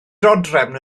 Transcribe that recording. dodrefn